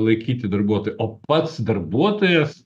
laikyti darbuotoją o pats darbuotojas